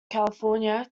california